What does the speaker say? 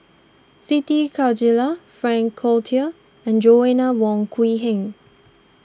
Siti Khalijah Frank Cloutier and Joanna Wong Quee Heng